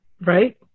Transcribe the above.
right